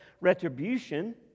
retribution